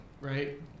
Right